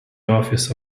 office